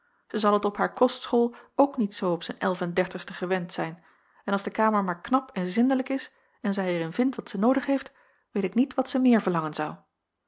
zij zal het op haar kostschool ook niet zoo op zijn elf en dertigste gewend zijn en als de kamer maar knap en zindelijk is en zij er in vindt wat zij noodig heeft weet ik niet wat zij meer verlangen zou